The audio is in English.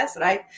right